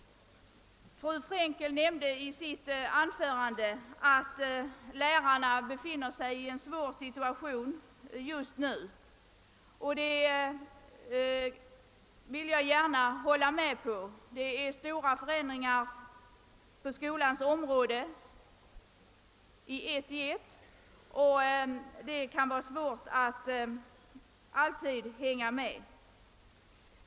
Fru Frenkel nämnde i sitt anförande att lärarna i dag befinner sig i en svår situation, och det vill jag gärna hålla med om. Det sker oavbrutet stora förändringar på skolans område, och det kan vara svårt att alltid hänga med.